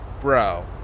Bro